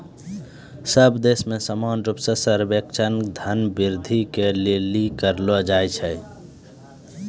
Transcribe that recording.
सब देश मे समान रूप से सर्वेक्षण धन वृद्धि के लिली करलो जाय छै